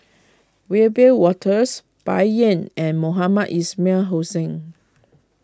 Wiebe Wolters Bai Yan and Mohamed Ismail Hussain